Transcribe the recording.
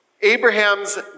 Abraham's